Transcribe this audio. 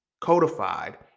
codified